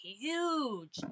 huge